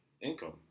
income